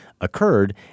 occurred